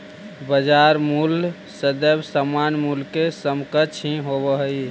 बाजार मूल्य सदैव सामान्य मूल्य के समकक्ष ही होवऽ हइ